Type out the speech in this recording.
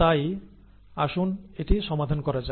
তাই আসুন এটি সমাধান করা যাক